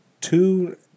two